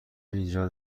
اینجا